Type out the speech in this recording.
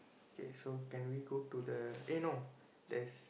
okay so can we go to the eh no there's